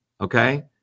okay